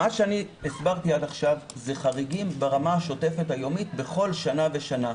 מה שאני הסברתי עד עכשיו זה חריגים ברמה השוטפת היומית בכל שנה ושנה.